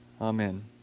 Amen